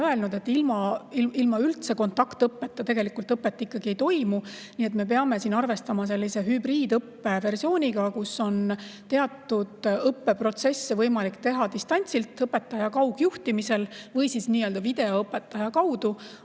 öelnud, et üldse ilma kontaktõppeta tegelikku õpet ei toimu, nii et me peame siin arvestama sellise hübriidõppeversiooniga, kus on teatud õppeprotsesse võimalik teha distantsilt õpetaja kaugjuhtimisel või videoõpetaja kaudu.